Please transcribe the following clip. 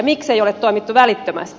miksei ole toimittu välittömästi